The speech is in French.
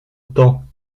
temps